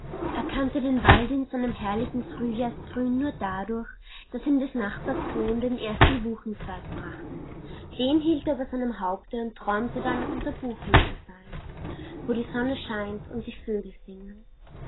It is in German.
er kannte den wald in seinem herrlichen frühjahrsgrün nur dadurch daß ihm des nachbars sohn den ersten buchenzweig brachte den hielt er über seinem haupte und träumte dann unter buchen zu sein wo die sonne scheint und die vögel singen